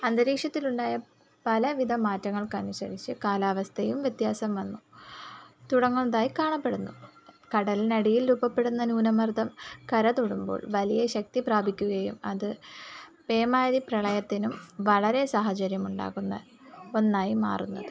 അന്തരീക്ഷത്തിലുണ്ടായ പലവിധ മാറ്റങ്ങൾക്കനുസരിച്ച് കാലാവസ്ഥയും വ്യത്യാസം വന്നു തുടങ്ങുന്നതായി കാണപ്പെടുന്നു കടലിനടിയിൽ രൂപപ്പെടുന്ന ന്യൂന മർദ്ദം കര തൊടുമ്പോൾ വലിയ ശക്തി പ്രാപിക്കുകയും അത് പേമാരിപ്രളയത്തിനും വളരെ സാഹചര്യമുണ്ടാക്കുന്ന ഒന്നായി മാറുന്നത്